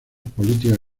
políticas